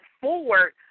forward